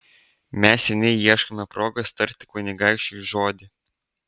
mes seniai ieškome progos tarti kunigaikščiui žodį